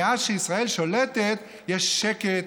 שמאז שישראל שולטת יש שקט,